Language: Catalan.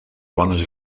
bones